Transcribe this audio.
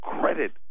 credit